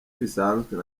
bisanzwe